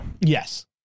Yes